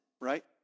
right